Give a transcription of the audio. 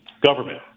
government